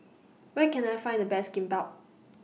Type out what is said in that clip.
Where Can I Find The Best Kimbap